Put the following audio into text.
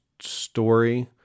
story